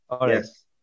Yes